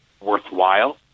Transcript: worthwhile